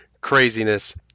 craziness